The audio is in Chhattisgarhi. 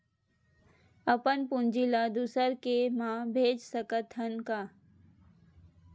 अपन पूंजी ला दुसर के मा भेज सकत हन का?